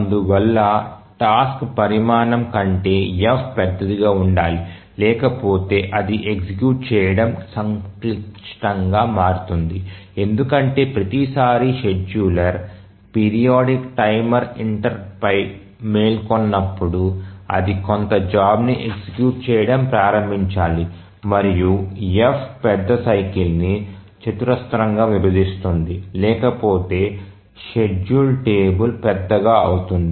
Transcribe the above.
అందువల్ల టాస్క్ పరిమాణం కంటే F పెద్దదిగా ఉండాలి లేకపోతే అది ఎగ్జిక్యూట్ చేయడం సంక్లిష్టంగా మారుతుంది ఎందుకంటే ప్రతిసారీ షెడ్యూలర్ పీరియాడిక్ టైమర్ ఇంటెర్రుప్ట్ పై మేల్కొన్నప్పుడు అది కొంత జాబ్ ని ఎగ్జిక్యూట్ చేయడం ప్రారంభించాలి మరియు F పెద్ద సైకిల్ ని చతురస్రంగా విభజిస్తుంది లేకపోతే షెడ్యూల్ టేబుల్ పెద్దగా అవుతుంది